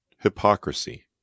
hypocrisy